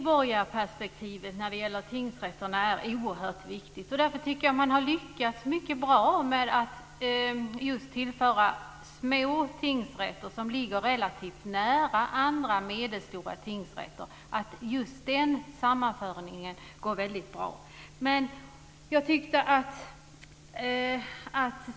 Fru talman! När det gäller tingsrätterna är medborgarperspektivet oerhört viktigt. Jag tycker att man har lyckats mycket bra med att sammanföra små tingsrätter, som ligger relativt nära andra medelstora tingsrätter. Just den sammanföringen har gått väldigt bra.